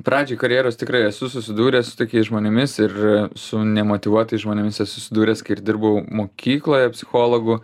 pradžiai karjeros tikrai esu susidūręs su tokiais žmonėmis ir su nemotyvuotais žmonėmis esu susidūręs kai ir dirbau mokykloje psichologu